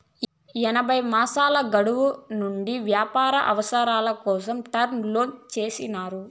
ఎనభై మాసాల గడువు నుండి వ్యాపార అవసరాల కోసం టర్మ్ లోన్లు చేసినారు